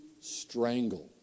strangle